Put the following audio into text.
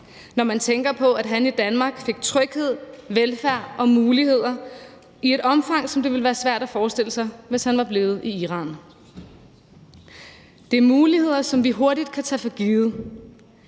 når man tænker på, at han i Danmark fik tryghed, velfærd og muligheder i et omfang, som det ville være svært at forestille sig, hvis han var blevet i Iran. Det er muligheder, som vi hurtigt kan tage for givet.